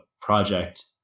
project